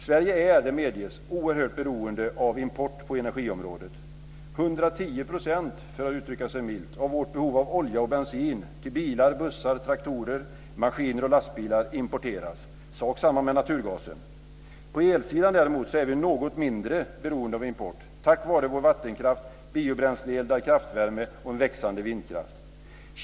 Sverige är, det medges, oerhört beroende av import på energiområdet. Hundratio procent, för att uttrycka sig milt, av vårt behov av olja och bensin till bilar, bussar, traktorer, maskiner och lastbilar importeras; sak samma med naturgasen. På elsidan däremot är vi något mindre beroende av import tack vare vår vattenkraft, biobränsleeldad kraftvärme och en växande vindkraft.